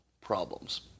problems